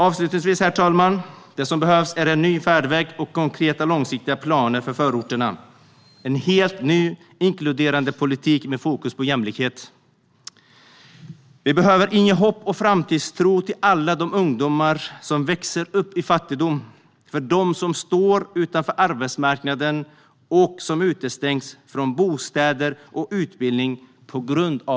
Avslutningsvis, herr talman: Det som behövs är en ny färdväg, konkreta, långsiktiga planer för förorterna och en helt ny inkluderandepolitik med fokus på jämlikhet. Vi behöver inge hopp och framtidstro till alla de ungdomar som växer upp i fattigdom. Det gäller dem som står utanför arbetsmarknaden och som på grund av trångsynthet utestängs från bostäder och utbildning.